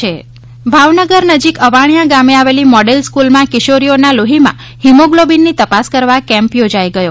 haemoglobin તપાસ ભાવનગર નજીક અવાણિયા ગામે આવેલી મોડેલ સ્કૂલમાં કિશોરીઓના લોહીમાં હિમોગ્લોબિનની તપાસ કરવા કેમ્પ યોજાઈ ગયો